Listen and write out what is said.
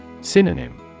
Synonym